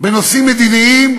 בנושאים מדיניים,